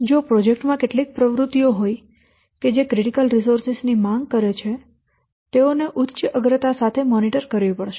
જો પ્રોજેક્ટ માં કેટલીક પ્રવૃત્તિઓ હોય કે જે ક્રિટિકલ સ્રોતની માંગ કરે છે તેઓને ઉચ્ચ અગ્રતા સાથે મોનિટર કરવી પડશે